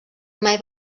mai